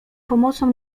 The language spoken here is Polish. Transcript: pomocą